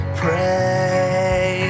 pray